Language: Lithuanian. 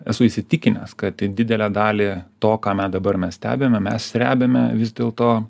esu įsitikinęs kad didelę dalį to ką na dabar mes stebime mes srebiame vis dėl to